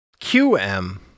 QM